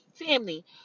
family